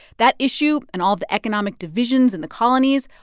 that issue and all the economic divisions in the colonies,